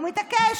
הוא מתעקש.